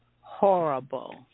horrible